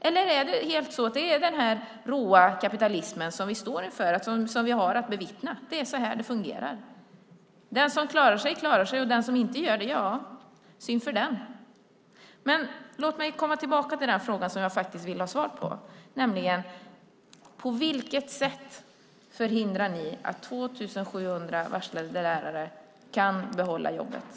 Eller är det den råa kapitalismen som vi står inför och som vi har att bevittna, att det är så här det fungerar? Den som klarar sig klarar sig, och den som inte gör det är det synd om. Låt mig komma tillbaka till den fråga som jag vill ha svar på, nämligen: På vilket sätt förhindrar ni att 2 700 varslade lärare kan förlora jobben?